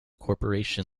corporation